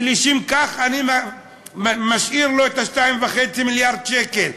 ולשם כך אני משאיר לו את 2.5 מיליארד השקל.